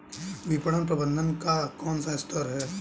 विपणन प्रबंधन का कौन सा स्तर है?